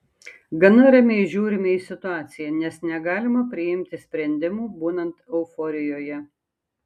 gana ramiai žiūrime į situaciją nes negalima priimti sprendimų būnant euforijoje